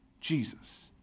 Jesus